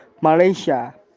Malaysia